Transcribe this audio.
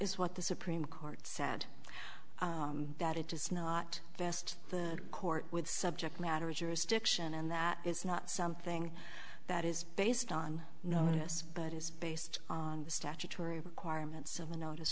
is what the supreme court said that it is not best the court would subject matter jurisdiction and that is not something that is based on notice but is based on the statutory requirements of a notice